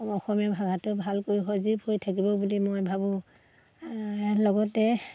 অসমীয়া ভাষাটো ভালকৈ সজীৱ হৈ থাকিব বুলি মই ভাবোঁ লগতে